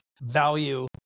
value